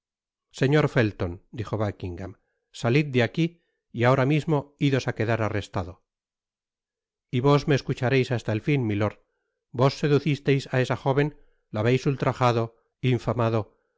señor felion dijo buckingam salid de aqui y ahora mismo idos á quedar arrestado y vos me escuchareis hasta el fin milord vos seducisteis á esa jóven la habeis ultrajado infamado